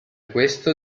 questo